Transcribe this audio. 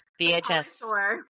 VHS